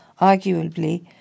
arguably